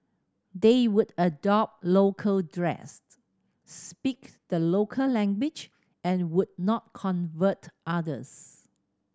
they would adopt local dress speak the local language and would not convert others